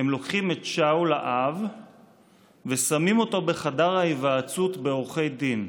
הם לוקחים את שאול האב ושמים אותו בחדר ההיוועצות בעורכי דין,